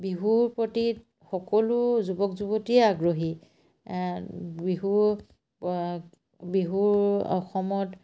বিহুৰ প্ৰতি সকলো যুৱক যুৱতীয়ে আগ্ৰহী বিহু বিহুৰ অসমত